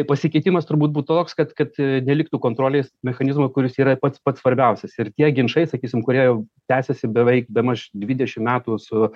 pasikeitimas turbūt būt toks kad kad neliktų kontrolės mechanizmo kuris yra pats pats svarbiausias ir tie ginčai sakysim kurie jau tęsiasi beveik bemaž dvidešim metų su